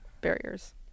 barriers